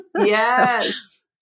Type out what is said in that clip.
Yes